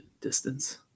distance